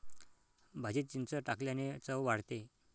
भाजीत चिंच टाकल्याने चव वाढते